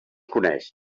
coneix